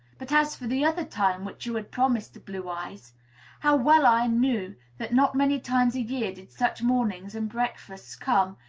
but as for the other time which you had promised to blue eyes how well i knew that not many times a year did such mornings and breakfasts come,